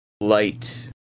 light